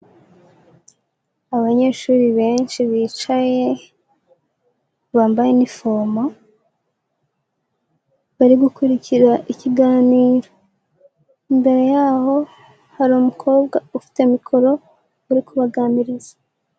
Abanyeshuri benshi bicaye bambaye inifomo bari gukurikira ikiganiro, imbere yaho hari umukobwa ufite mikoro uri kubaganiriza.